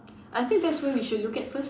I think that's where we should look at first